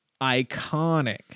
iconic